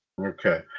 Okay